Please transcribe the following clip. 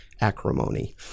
acrimony